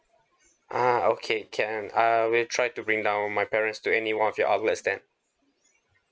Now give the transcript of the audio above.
uh okay can I will try to bring down my parents to any one of your outlets then